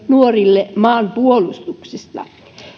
nuorille perustiedot maanpuolustuksesta